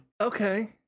Okay